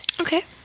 Okay